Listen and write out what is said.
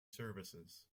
services